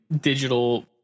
digital